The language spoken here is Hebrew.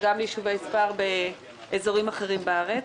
אלא גם ליישובי ספר באזורים אחרים בארץ,